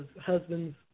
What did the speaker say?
Husbands